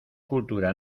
cultura